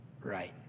right